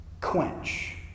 Quench